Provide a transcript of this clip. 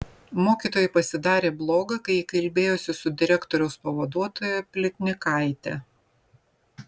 mokytojai pasidarė bloga kai ji kalbėjo su direktoriaus pavaduotoja plytnikaite